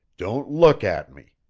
don't look at me!